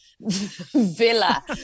villa